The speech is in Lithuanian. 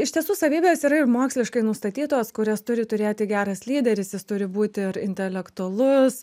iš tiesų savybės yra ir moksliškai nustatytos kurias turi turėti geras lyderis turi būti ir intelektualus